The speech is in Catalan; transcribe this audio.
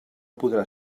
podrà